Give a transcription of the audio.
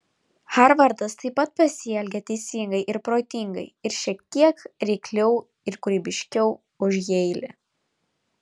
harvardas taip pat pasielgė teisingai ir protingai ir šiek tiek reikliau ir kūrybiškiau už jeilį